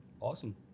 awesome